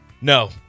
No